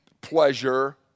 pleasure